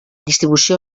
distribució